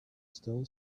still